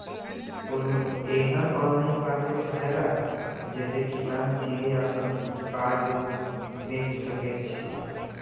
कोनो एहन online market हौला जते किसान सीधे आपन उत्पाद बेच सकेत छला?